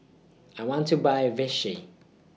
I want to Buy Vichy